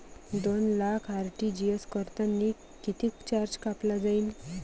दोन लाख आर.टी.जी.एस करतांनी कितीक चार्ज कापला जाईन?